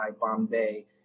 Bombay